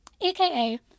aka